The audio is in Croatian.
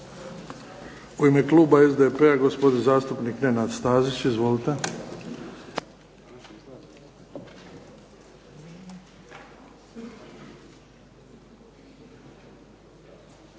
U ime kluba SDP-a gospodin zastupnik Nenad Stazić. Izvolite.